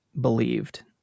believed